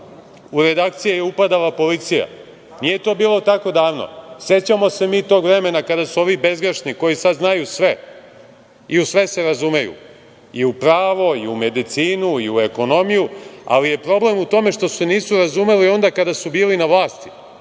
u redakcije je upadala policija. Nije to bilo tako davno. Sećamo se mi tog vremena kada su ovi bezgrešni, koji sada znaju sve i u sve se razumeju, i u pravu i u medicinu i u ekonomiju, ali je problem u tome što se nisu razumeli onda kada su bili na vlasti,